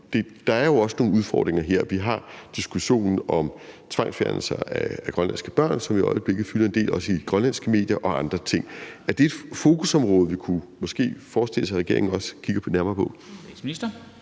der er jo også nogle udfordringer her. Vi har diskussionen om tvangsfjernelser af grønlandske børn, som i øjeblikket fylder en del, også i de grønlandske medier, og andre ting. Er det et fokusområde, vi måske kunne forestille os at regeringen også kiggede nærmere på?